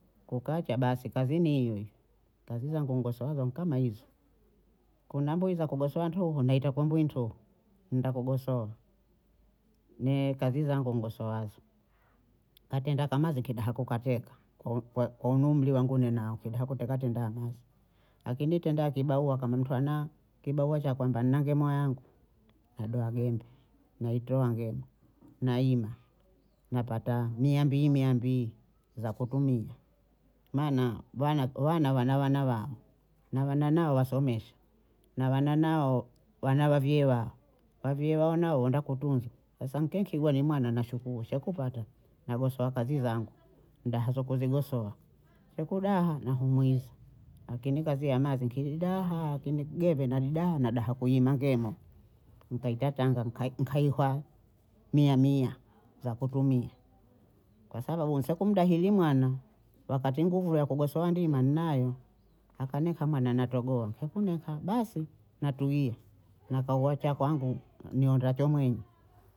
Kukacha basi kaziniwe, kazi zangu nigosowazo ni kama hizo, kuna mbuyi za kugosowa ntuhu naita kwembwiyi ntuhu naenda kugosowa, ne kazi zangu nigosoazo, katenda ka mazi kidaha kukatika kwa- ko- kwa hunu umri wangu ninao kidaha kuteka tenda ha mazi, lakini tenda ya kibarua kama mtu anayo, kibarua cha kwamba nina ngemwa yangu nadoha gembe naitoa nge nayima Napata mia mbiyi mia mbiyi za kutumia maana bana wana wana wana wao na wana nao wasomesha na wana nao wana wa wavyee wao, wavyee wao wao wanda kutunzwa, sasa mke nkigwa ne mwana nashukuyu siekupata nagosowa kazi zangu ndahazo kuzigosowa, shekudaha nahumwiza akini kazi ya mavi nkidaha kini geve nalidaha nadaha kuyima ngemo ntaita tanga nka- nkahiwa miamia za kutumia, kwa sababu sekumdahili mwana wakati nguvu ya kugosowa ndima ninayo hakanika mwana natogoa, kekuneka basi natuyia nakauwa cha kwangu niondacho mwiyi